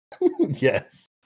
Yes